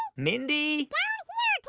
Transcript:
mindy?